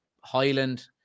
Highland